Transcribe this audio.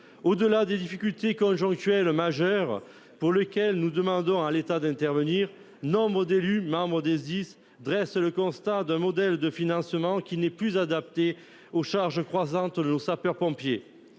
Au-delà de ces difficultés conjoncturelles majeures, pour lesquelles nous demandons à l'État d'intervenir, nombre d'élus membres des Sdis dressent le constat d'un modèle de financement qui n'est plus adapté aux charges croissantes de nos sapeurs-pompiers.